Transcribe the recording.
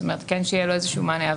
זאת אומרת, שכן יהיה לו איזשהו מענה.